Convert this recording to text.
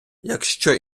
якщо